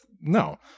no